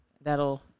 that'll